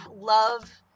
love